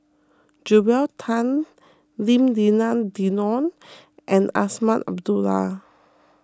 Joel Tan Lim Denan Denon and Azman Abdullah